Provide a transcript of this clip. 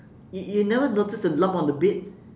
you you never notice the lump on the bed